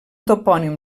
topònim